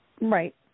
right